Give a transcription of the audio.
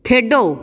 ਖੇਡੋ